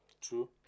True